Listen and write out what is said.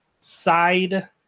side